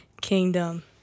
kingdom